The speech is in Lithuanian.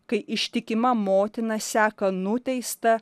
kai ištikima motina seka nuteistą